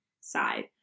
side